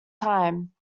time